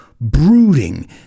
brooding